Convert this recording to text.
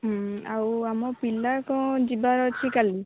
ହୁଁ ଆଉ ଆମ ପିଲା କ'ଣ ଯିବାର ଅଛି କାଲି